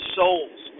souls